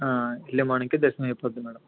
early మార్నింగ్కే దర్శనం అయిపోతుంది మ్యాడమ్